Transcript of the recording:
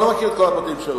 אני לא מכיר את כל הפרטים שלו,